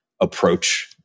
approach